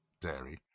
dairy